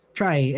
try